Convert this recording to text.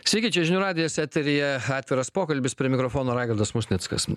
sveiki čia žinių radijas eteryje atviras pokalbis prie mikrofono raigardas musnickas